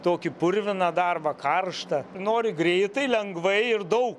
tokį purviną darbą karšta nori greitai lengvai ir daug